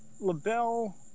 LaBelle